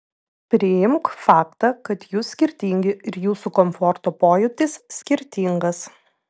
priimk faktą kad jūs skirtingi ir jūsų komforto pojūtis skirtingas